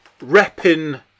repping